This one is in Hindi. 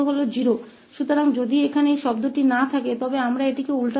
इसलिए यदि यहां यह शब्द नहीं है तोकर सकते हैं